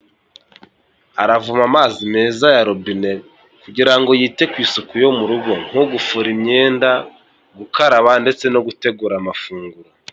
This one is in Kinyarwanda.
Aravoma amazi meza ya robine kugira ngo yite ku isuku yo mu rugo nko gufura imyenda, gukaraba ndetse no gutegura amafunguro.